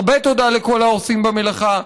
הרבה תודה לכל העושים במלאכה,